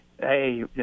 hey